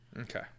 Okay